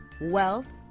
wealth